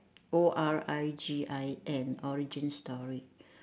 O R I G I N origin story